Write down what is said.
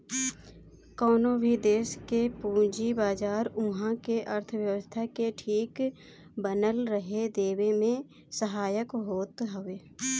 कवनो भी देस के पूंजी बाजार उहा के अर्थव्यवस्था के ठीक बनल रहे देवे में सहायक होत हवे